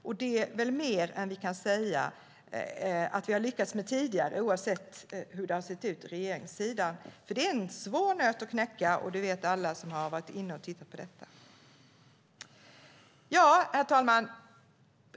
Och det är väl mer än vad vi kan säga att vi har lyckats med tidigare, oavsett hur det har sett ut på regeringssidan, för det är en svår nöt att knäcka. Det vet alla som har varit inne och tittat på detta. Herr talman!